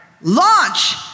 launch